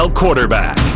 quarterback